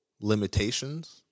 limitations